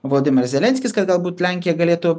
vlodimiras zelenskis kad galbūt lenkija galėtų